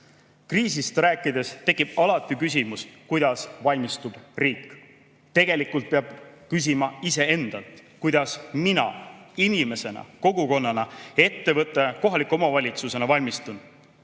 rääkides tekib alati küsimus, kuidas valmistub riik. Tegelikult peab küsima iseendalt, kuidas mina inimesena, kogukonnana, ettevõttena, kohaliku omavalitsusena valmistun.